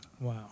Wow